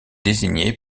désigné